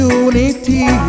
unity